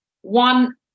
one